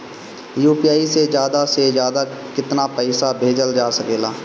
UPI से ज्यादा से ज्यादा केतना पईसा भेजल जा सकेला?